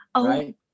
right